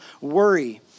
worry